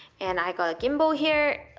and i've got a gimbal here,